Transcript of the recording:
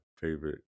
favorite